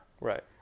Right